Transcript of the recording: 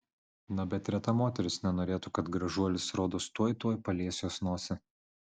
na bet reta moteris nenorėtų kad gražuolis rodos tuoj tuoj palies jos nosį